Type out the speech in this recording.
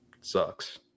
sucks